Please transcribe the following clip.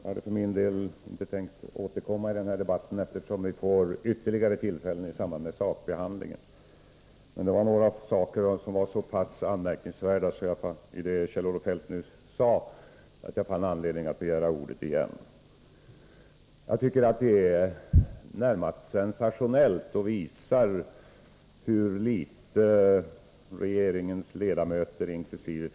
Herr talman! Jag hade inte tänkt återkomma i den här debatten, eftersom vi får ytterligare tillfällen till diskussion i samband med sakbehandlingen. Men det var några saker i Kjell-Olof Feldts anförande nyss :som var så anmärkningsvärda att jag fann anledning att begära ordet igen. Det är närmast sensationellt, och visar hur litet regeringens ledamöter inkl.